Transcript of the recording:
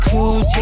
Cool